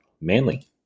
Manly